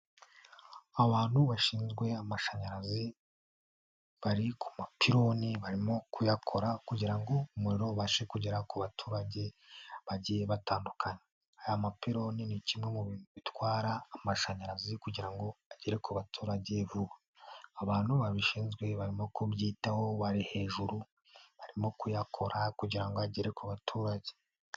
Abantu bashinzwe amashanyarazi, bari ku mupironi barimo kuyakora kugira ngo umuriro ubashe kugera ku baturage bagiye batandukanye, aya mapironi ni kimwe mu bitwara amashanyarazi kugira ngo agere ku baturage, abantu babishinzwe barimo kubyitaho bari hejuru barimo kuyakora kugira ngo agere ku baturage.